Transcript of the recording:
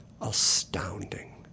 astounding